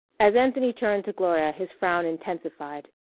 as anthony turned to gloria his frown intensified.